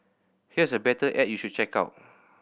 here's a better ad you should check out